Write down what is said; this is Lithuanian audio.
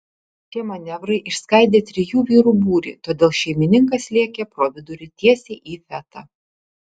šie manevrai išskaidė trijų vyrų būrį todėl šeimininkas lėkė pro vidurį tiesiai į fetą